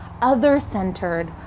other-centered